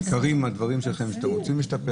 ניכר מהדברים שלכם שאתם רוצים להשתפר